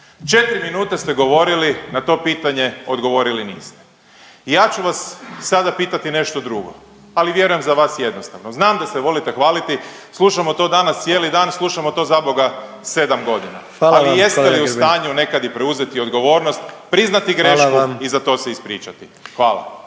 4 minute ste govorili, na to pitanje odgovorili niste. I ja ću vas sada pitati nešto drugo, ali vjerujem za vas jednostavno. Znam da se volite hvaliti, slušamo to danas cijeli dan, slušamo to zaboga 7.g. …/Upadica predsjednik: Hvala vam kolega Grbin./…ali jeste li u stanju nekad i preuzeti odgovornost, priznati grešku…/Upadica predsjednik: Hvala